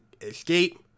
escape